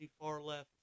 far-left